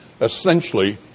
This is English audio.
Essentially